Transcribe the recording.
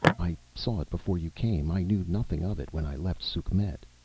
i saw it before you came. i knew nothing of it when i left sukhmet.